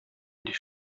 die